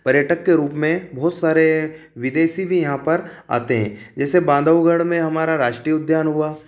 पर्यटक के रूप में बहुत सारे विदेशी भी यहाँ पर आते हैं जैसे बांधवगढ़ में हमारा राष्ट्रीय उद्यान हुआ